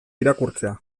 irakurtzea